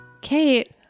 Kate